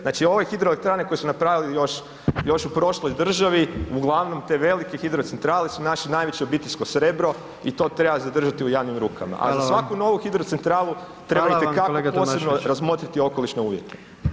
Znači, ove hidroelektrane koje su napravili još, još u prošloj državi, uglavnom te velike hidrocentrale su naše najveće obiteljsko srebro i to treba zadržati u javnim rukama [[Upadica: Hvala vam]] a za svaku novu hidrocentralu treba [[Upadica: Hvala vam kolega Tomašević]] itekako posebno razmotriti okolišne uvjete.